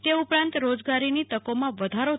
તે ઉપરાંત રોજગારીની તકોમાં વધારો થશે